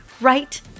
right